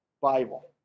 Bible